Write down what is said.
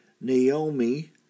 Naomi